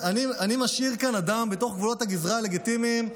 משאיר כאן, בתוך גבולות הגזרה הלגיטימיים,